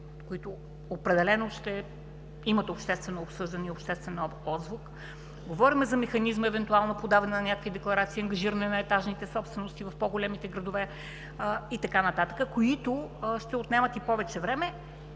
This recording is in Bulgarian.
които определено ще имат обществено обсъждани обществен отзвук. Говорим за механизма, евентуално подаване на някакви декларации, ангажиране на етажните собствености в по-големите градове и така нататък, които ще отнемат и повече време,